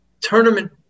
tournament